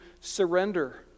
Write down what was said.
surrender